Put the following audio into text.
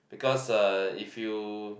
because uh if you